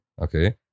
okay